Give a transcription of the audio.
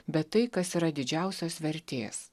bet tai kas yra didžiausios vertės